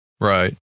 Right